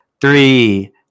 three